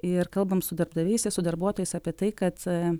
ir kalbam su darbdaviais ir su darbuotojais apie tai kad